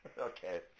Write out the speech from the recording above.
Okay